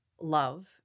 love